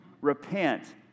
Repent